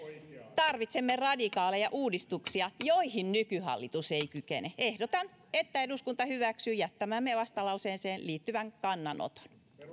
tarvitsemme radikaaleja uudistuksia joihin nykyhallitus ei kykene ehdotan että eduskunta hyväksyy jättämäämme vastalauseeseen liittyvän kannanoton